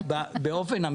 זה לא סיפור פשוט.